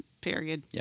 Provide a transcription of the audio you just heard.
Period